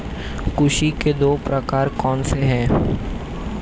कृषि के दो प्रकार कौन से हैं?